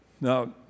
Now